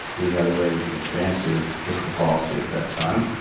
we had a very expansive fiscal policy at that time,